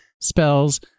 spells